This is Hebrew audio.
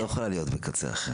את לא יכולה להיות בקצה אחר.